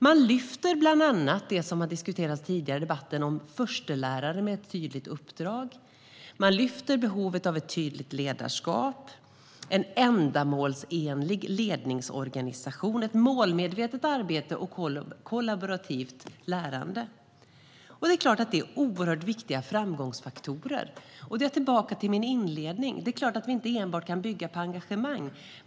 De lyfter bland annat det som har diskuterats tidigare i debatten om förstelärare med ett tydligt uppdrag. De lyfter behovet av ett tydligt ledarskap, en ändamålsenlig ledningsorganisation, ett målmedvetet arbete och ett kollaborativt lärande. Det är klart att det är oerhört viktiga framgångsfaktorer. Då är jag tillbaka till min inledning. Det är klart att vi inte enbart kan bygga på engagemang.